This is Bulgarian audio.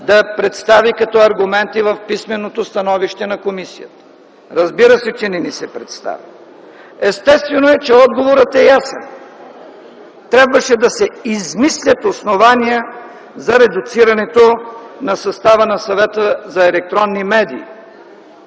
да представи като аргументи в писменото становище на комисията. Разбира се, че не ни се представи. Естествено е, че отговорът е ясен. Трябваше да се измислят основания за редуцирането на състава на Съвета за електронни медии.